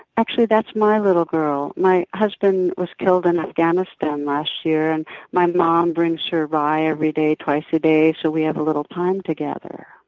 actually, that's my little girl. my husband was killed in afghanistan last year and my mom brings her by every day, twice a day, so we have a little time together.